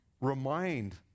remind